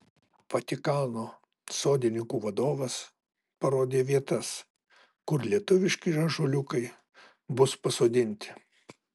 vatikano sodininkų vadovas parodė vietas kur lietuviški ąžuoliukai bus pasodinti